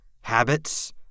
habits